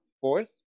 fourth